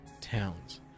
towns